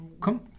Come